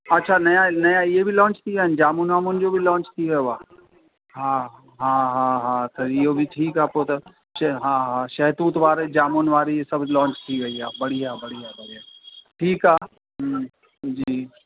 अच्छा नवां नवां इहे बि लॉंच थींदा आहिनि जामुनि वामुनि जो बि लॉंच थी वियो आहे हा हा हा हा त इहो बि ठीकु आहे पोइ त च हा हा शहैतूत वारे जामुनि वारी इहे सभु लॉंच थी वेई बढ़िया बढ़िया बढ़िया ठीकु आहे ठीकु आहे हम्म जी